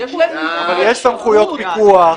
--- אבל יש סמכויות פיקוח,